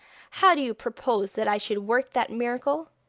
how do you propose that i should work that miracle